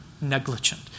negligent